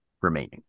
remaining